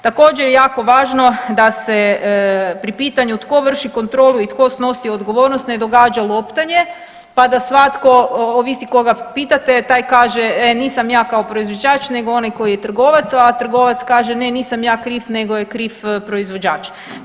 Također, jako važno da se pri pitanju tko vrši kontrolu i tko snosi odgovornost ne događa loptanje pa da svatko, ovisi koga pitate, taj kaže, nisam ja kao proizvođač nego onaj koji je trgovac, a trgovac kaže, ne, nisam ja kriv nego je kriv proizvođač.